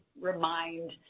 remind